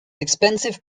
expensive